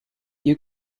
you